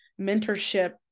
mentorship